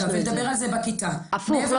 הפוך,